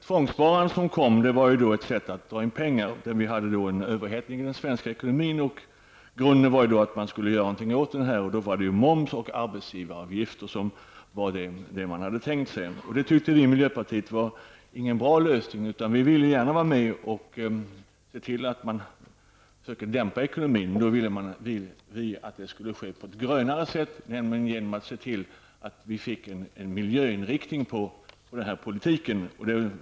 Tvångssparandet var ju ett sätt att dra in pengar -- vi hade då en överhettning i den svenska ekonomin. Grunden var att man skulle göra något åt den, och då var det moms och arbetsgivaravgifter man hade tänkt sig. Det tyckte vi i miljöpartiet inte var någon bra lösning. Vi ville gärna vara med och försöka dämpa ekonomin, men vi ville att det skulle ske på ett grönare sätt, nämligen genom att vi fick en miljöinriktning på politiken.